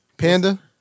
Panda